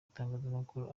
itangazamakuru